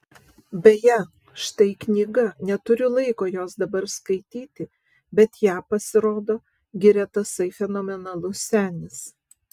beje štai knyga neturiu laiko jos dabar skaityti bet ją pasirodo giria tasai fenomenalus senis